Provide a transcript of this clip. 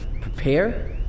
Prepare